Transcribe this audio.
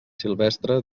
silvestre